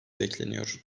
bekleniyor